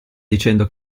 dicendo